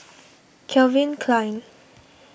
Calvin Klein